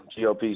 GOP